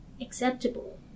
acceptable